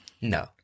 No